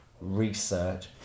research